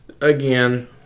again